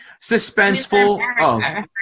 suspenseful